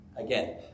again